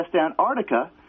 Antarctica